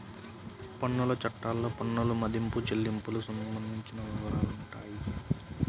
పన్నుల చట్టాల్లో పన్నుల మదింపు, చెల్లింపులకు సంబంధించిన వివరాలుంటాయి